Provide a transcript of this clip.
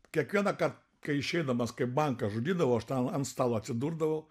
kiekvienąkart kai išeidamas kai banką žudydavau aš ten ant stalo atsidurdavau